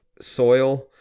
soil